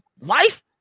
life